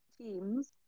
teams